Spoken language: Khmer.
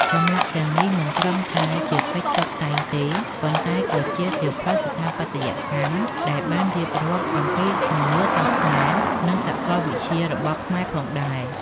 ចម្លាក់ទាំងនេះមិនត្រឹមតែជាកិច្ចតុបតែងទេ ប៉ុន្តែក៏ជាសៀវភៅស្ថាបត្យកម្មដែលបានរៀបរាប់អំពីជំនឿសាសនានិងសកលវិទ្យារបស់ខ្មែរផងដែរ។